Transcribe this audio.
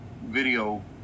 video